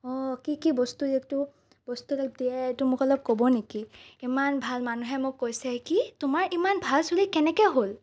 অ' কি কি বস্তু বস্তু দিয়ে এইটো মোক অলপ ক'ব নেকি ইমান ভাল মানুহে মোক কৈছে কি তোমাৰ ইমান ভাল চুলি কেনেকৈ হ'ল